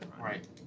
right